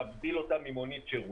להבדיל אותה ממונית שירות.